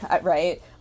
Right